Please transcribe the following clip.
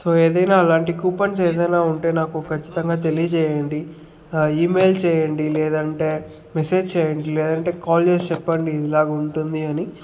so ఏదైన్నా అలాంటి coupons ఏదైన్నా ఉంటే నాకు ఖచ్చితంగా తెలియజేయండి ఈమెయిల్ చేయండి లేదంటే మెసేజ్ చేయండి లేదంటే కాల్ చేసి చెప్పండి ఇది ఇలాగ ఉంటుంది అని